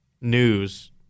news